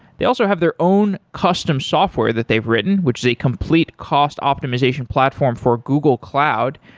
they also have their own custom software that they've written, which is a complete cost optimization platform for google cloud,